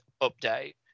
update